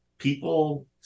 people